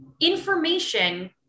information